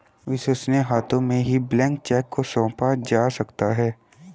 विश्वसनीय हाथों में ही ब्लैंक चेक को सौंपा जा सकता है